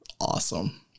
awesome